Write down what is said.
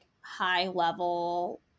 high-level